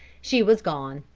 she was gone.